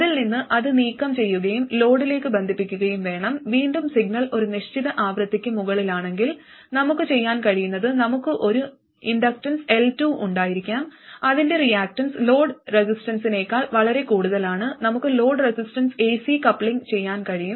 അതിൽ നിന്ന് അത് നീക്കം ചെയ്യുകയും ലോഡിലേക്ക് ബന്ധിപ്പിക്കുകയും വേണം വീണ്ടും സിഗ്നൽ ഒരു നിശ്ചിത ആവൃത്തിക്ക് മുകളിലാണെങ്കിൽ നമുക്ക് ചെയ്യാൻ കഴിയുന്നത് നമുക്ക് ഒരു ഇൻഡക്റ്റൻസ് L2 ഉണ്ടായിരിക്കാം അതിന്റെ റിയാക്റ്റൻസ് ലോഡ് റെസിസ്റ്റൻസിനെക്കാൾ വളരെ കൂടുതലാണ് നമുക്ക് ലോഡ് റെസിസ്റ്റൻസ് എസി കപ്ലിങ് ചെയ്യാൻ കഴിയും